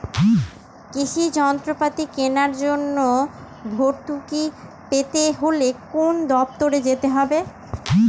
কৃষি যন্ত্রপাতি কেনার জন্য ভর্তুকি পেতে হলে কোন দপ্তরে যেতে হবে?